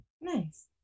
Nice